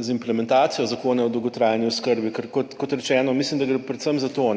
z implementacijo Zakona o dolgotrajni oskrbi, ker kot rečeno, mislim, da gre predvsem za to